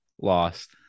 lost